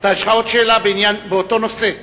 יש לך עוד שאלה באותו נושא?